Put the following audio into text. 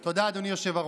תודה, אדוני היושב-ראש.